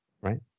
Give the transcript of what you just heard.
Right